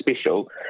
special